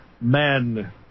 men